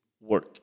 work